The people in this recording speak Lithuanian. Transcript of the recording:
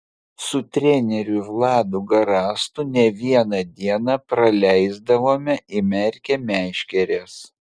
su treneriu vladu garastu ne vieną dieną praleisdavome įmerkę meškeres